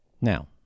Now